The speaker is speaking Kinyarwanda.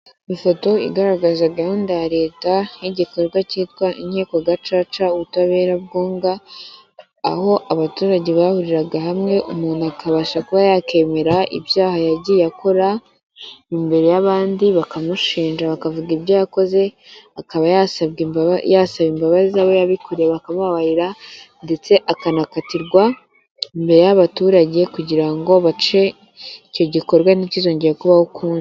Ifoto igaragaza gahunda ya leta y'igikorwa cyitwa Inkiko Gacaca ubutabera bwunga, aho abaturage bahuriraga hamwe umuntu akabasha kuba yakemera ibyaha yagiye akora imbere y'abandi bakamushinja bakavuga ibyo yakoze akaba yasaba imbabazi abo yabikoreye bakababarira ndetse akanakatirwa imbere y'abaturage kugira ngo bace icyo gikorwa ntikizongere kubaho ukundi.